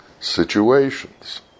situations